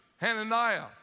Hananiah